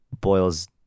boils